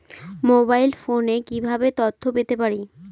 Mobile ফোনে কিভাবে তথ্য পেতে পারি?